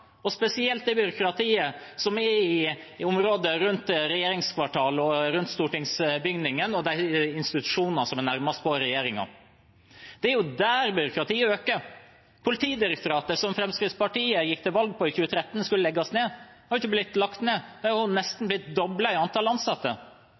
spesielt det byråkratiet som er i området rundt regjeringskvartalet og stortingsbygningen, de institusjonene som er nærmest regjeringen. Det er der byråkratiet øker. Politidirektoratet, som Fremskrittspartiet i 2013 gikk til valg på skulle legges ned, har ikke blitt lagt ned. Det har blitt nesten